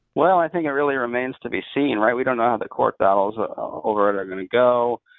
well, i think it really remains to be seen, right? we don't know how the court battles over it are going to go,